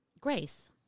Grace